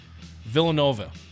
Villanova